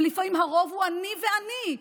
ולפעמים הרוב הוא אני ואני,